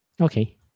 okay